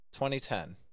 2010